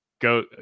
Go